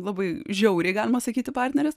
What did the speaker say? labai žiauriai galima sakyti partneris